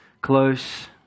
close